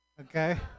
Okay